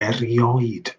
erioed